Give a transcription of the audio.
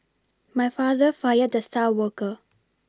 my father fired the star worker